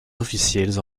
officiels